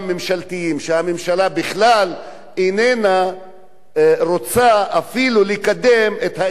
כשהממשלה בכלל איננה רוצה אפילו לקדם את האזרחים שלה.